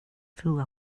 through